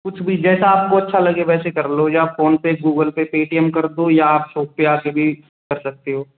कुछ भी जैसा आपको अच्छा लगे वैसे कर लो या फ़ोनपे गूगल पे पेटीएम कर दो या आप शॉप पर आ कर भी कर सकते हो